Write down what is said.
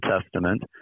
testament